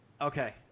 Okay